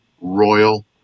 Royal